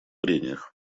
прениях